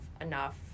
enough